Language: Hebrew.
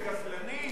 זה גזלנים?